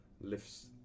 lifts